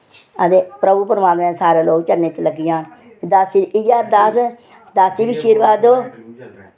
हां ते प्रभु परमात्मै दे सारे लोक चरणें च लग्गी जाह्न दासी दी इयै अरदास दासी बी शीर्वाद दो